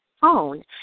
phone